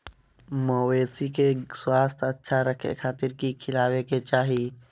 मवेसी के स्वास्थ्य अच्छा रखे खातिर की खिलावे के चाही?